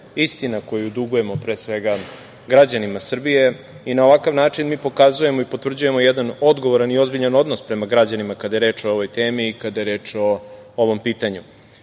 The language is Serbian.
istina koju dugujemo pre svega građanima Srbije. Na ovakav način mi pokazujemo i potvrđujemo jedan odgovoran i ozbiljan odnos prema građanima kada je reč o ovoj temi i kada je reč o ovom pitanju. Maločas